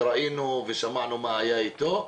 וראינו ושמענו מה היה איתו.